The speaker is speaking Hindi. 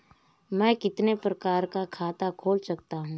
मैं कितने प्रकार का खाता खोल सकता हूँ?